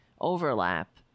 overlap